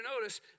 notice